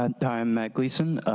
and um matt gleason.